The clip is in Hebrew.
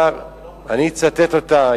אני אצטט אותה,